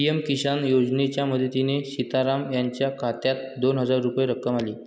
PM Kisan योजनेच्या मदतीने सीताराम यांच्या खात्यात दोन हजारांची रक्कम आली